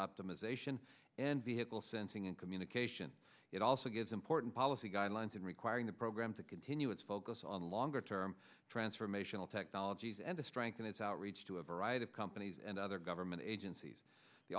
optimization and vehicle sensing and communication it also gives important policy guidelines and requiring the program to continue its focus on longer term transformational technologies and to strengthen its outreach to a variety of companies and other government agencies the